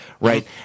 right